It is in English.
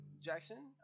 Jackson